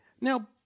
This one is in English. Now